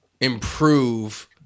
improve